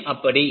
ஏன் அப்படி